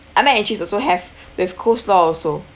ah mac and cheese also have we have coleslaw also